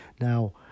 Now